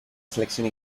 selección